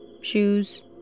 shoes